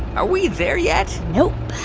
are we there yet? nope.